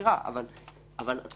וזה